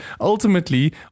ultimately